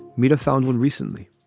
mehta found when recently